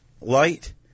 light